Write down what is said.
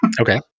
Okay